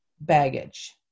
baggage